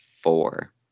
four